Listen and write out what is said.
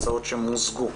שתי הצעות חוק שמוזגו.